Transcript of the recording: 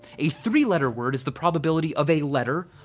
a three-letter word is the probability of a letter,